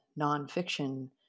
nonfiction